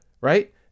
right